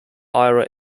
ira